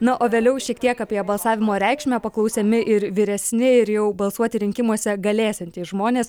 na o vėliau šiek tiek apie balsavimo reikšmę paklausiami ir vyresni ir jau balsuoti rinkimuose galėsiantys žmonės